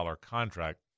contract